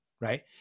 right